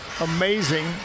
amazing